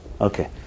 Okay